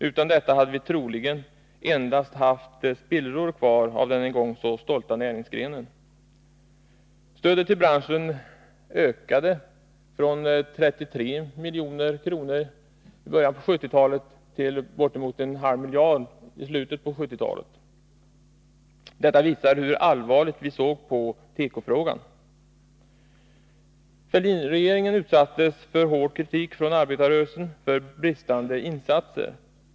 Utan detta hade vi troligen endast haft spillror kvar av denna en gång så stolta näringsgren. Stödet till branschen ökade från 33 milj.kr. i början av 1970-talet till bortemot en halv miljard i slutet av 1970-talet. Detta visar hur allvarligt vi såg på tekofrågan. Fälldinregeringen utsattes för hård kritik från arbetarrörelsen för bristande insatser.